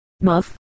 Muff